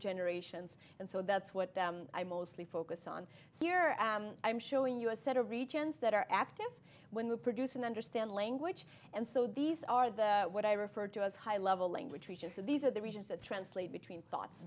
generations and so that's what i mostly focus on here i'm showing you a set of regions that are active when we produce and understand language and so these are the what i refer to as high level language features so these are the regions that translate between thoughts